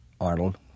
Arnold